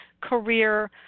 career